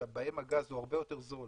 שבהן הגז הרבה יותר זול